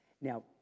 Now